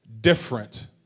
different